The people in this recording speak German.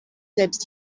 selbst